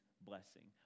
blessing